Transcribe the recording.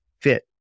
fit